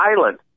Island